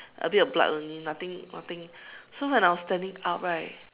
a bit of blood only nothing nothing so when I was standing up right